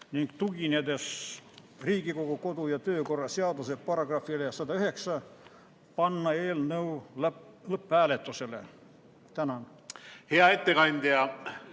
ning tuginedes Riigikogu kodu- ja töökorra seaduse §ile 109, panna eelnõu lõpphääletusele. Tänan! Hea ettekandja,